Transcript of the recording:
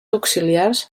auxiliars